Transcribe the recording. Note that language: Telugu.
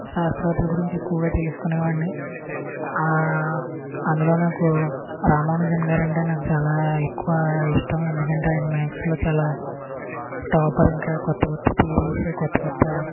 శాస్త్రవేత్తల గురించి ఎక్కువగా తెలుసుకునేవాడ్ని అందులో నాకు రామానుజన్ గారంటే నాకు చాలా ఎక్కువ ఇష్టం ఎందుకంటే ఆయన మ్యాక్స్ లో చాలా టాపర్ ఇంకా కొత్త కొత్త థిరీస్ కొత్త కొత్త